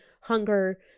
hunger